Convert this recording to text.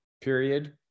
period